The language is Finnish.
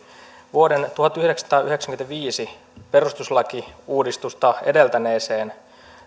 vuoden tuhatyhdeksänsataayhdeksänkymmentäviisi perustuslakiuudistusta edeltäneeseen